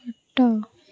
ଖଟ